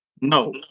No